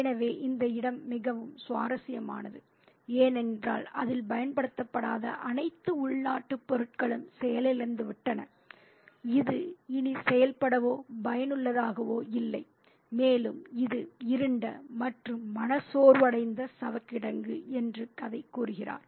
எனவே இந்த இடம் மிகவும் சுவாரஸ்யமானது ஏனென்றால் அதில் பயன்படுத்தப்படாத அனைத்து உள்நாட்டு பொருட்களும் செயலிழந்துவிட்டன இது இனி செயல்படவோ பயனுள்ளதாகவோ இல்லை மேலும் இது "இருண்ட மற்றும் மனச்சோர்வடைந்த சவக்கிடங்கு" என்று கதை கூறுகிறார்